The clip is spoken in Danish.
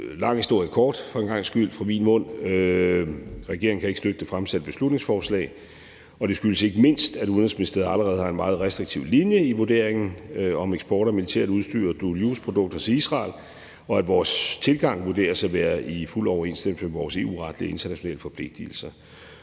lang historie fra min mund kort og sige, at regeringen ikke kan støtte det fremsatte beslutningsforslag, og at det ikke mindst skyldes, at Udenrigsministeriet allerede har en meget restriktiv linje i vurderingen i forhold til eksporten af militært udstyr og dual use-produkter til Israel, og at vores tilgang også vurderes at være i fuld overensstemmelse med vores EU-retlige og internationale forpligtigelser.